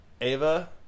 Ava